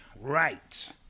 Right